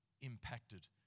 impacted